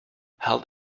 held